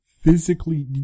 physically